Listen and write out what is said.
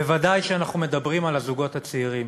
בוודאי כשאנחנו מדברים על הזוגות הצעירים,